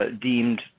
deemed